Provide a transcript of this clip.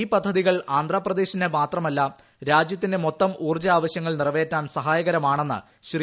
ഈ പദ്ധതികൾ ആന്ധ്രാപ്രദേശിന്റെ മാത്രമല്ല രാജൃത്തിന്റെ മൊത്തം ഊർജ്ജ ആവശ്യങ്ങൾ നിറവേറ്റാൻ സഹായകരമാണെന്ന് ശ്രീ